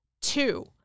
Two